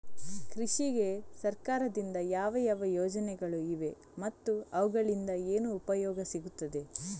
ಕೃಷಿಗೆ ಸರಕಾರದಿಂದ ಯಾವ ಯಾವ ಯೋಜನೆಗಳು ಇವೆ ಮತ್ತು ಅವುಗಳಿಂದ ಏನು ಉಪಯೋಗ ಸಿಗುತ್ತದೆ?